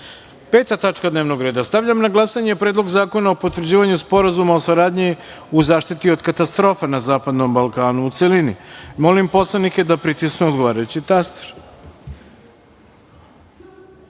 tačka dnevnog reda - Stavljam na glasanje Predlog zakona o potvrđivanju Sporazuma o saradnji u zaštiti od katastrofa na Zapadnom Balkanu, u celini. Molim poslanike da pritisnu odgovarajući